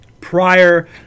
prior